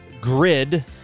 GRID